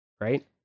right